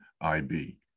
IB